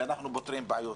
אנחנו פותרים בעיות,